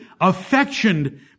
affectioned